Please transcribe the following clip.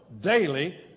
daily